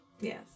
Yes